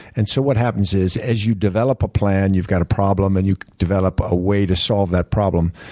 and so what happens is, as you develop a plan, you've got a problem and you develop a way to solve that problem,